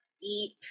deep